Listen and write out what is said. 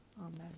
Amen